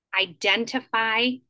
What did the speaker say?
identify